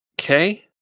okay